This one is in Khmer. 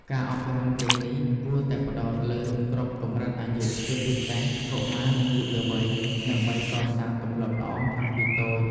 ការអប់រំទាំងនេះគួរតែផ្តោតលើគ្រប់កម្រិតអាយុ ជាពិសេសកុមារនិងយុវវ័យ ដើម្បីកសាងទម្លាប់ល្អតាំងពីតូច។